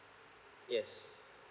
yes